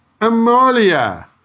Amalia